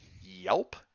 yelp